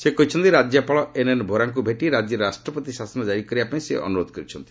ସେ କହିଛନ୍ତି ରାଜ୍ୟପାଳ ଏନ୍ଏନ୍ ଭୋରାଙ୍କୁ ଭେଟି ରାଜ୍ୟରେ ରାଷ୍ଟ୍ରପତି ଶାସନ କାରି କରିବାପାଇଁ ସେ ଅନ୍ଦରୋଧ କରିଛନ୍ତି